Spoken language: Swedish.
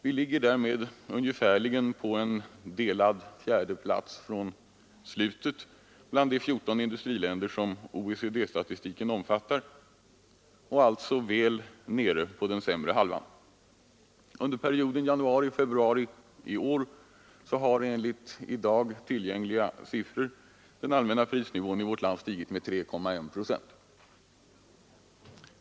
Vi ligger därmed ungefärligen på delad fjärdeplats från slutet bland de 14 industriländer som OECD-statistiken omfattar, alltså väl nere på den sämre halvan. Under perioden januari— februari i år har enligt i dag tillgängliga siffror den allmänna prisnivån i vårt land stigit 3,1 procent.